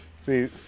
see